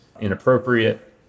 inappropriate